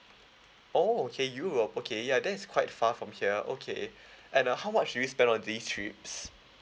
oh okay europe okay yeah that is quite far from here okay and uh how much do you spend on these trips